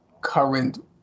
current